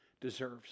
deserves